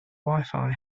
wifi